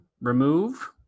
remove